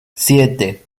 siete